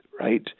right